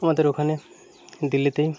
আমাদের ওখানে দিল্লিতেই